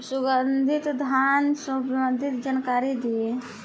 सुगंधित धान संबंधित जानकारी दी?